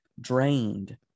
drained